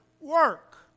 work